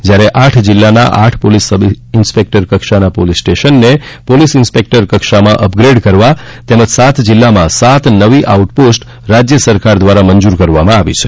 જ્યારે આઠ જિલ્લાના આઠ પોલીસ સબ ઇન્સ્પેક્ટર કક્ષાના પોલીસ સ્ટેશનને પોલીસ ઇન્સ્પેક્ટર કક્ષામાં અપગ્રેડ કરવા તેમજ સાત જિલ્લામાં સાત નવી આઉટ પોસ્ટ રાજ્ય સરકાર દ્વારા મંજૂર કરવામાં આવી છે